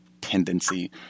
tendency